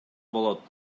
болот